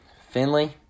Finley